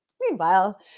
meanwhile